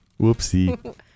Whoopsie